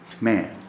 Man